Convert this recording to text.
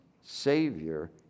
Savior